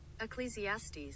Ecclesiastes